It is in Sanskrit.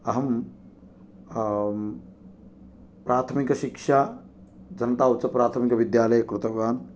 अहं प्राथमिकशिक्षा जनता उच्चप्राथमिक विद्यालये कृतवान्